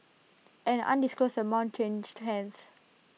an undisclosed amount changed hands